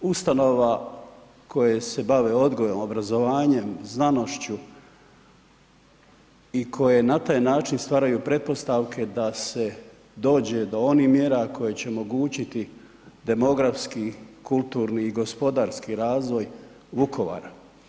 Ustanova koja se bave odgojem, obrazovanjem, znanošću i koje na taj način stvaraju pretpostavke da se dođe do onih mjera koje će omogućiti demografski, kulturni i gospodarski razvoj Vukovara.